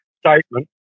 statement